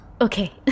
Okay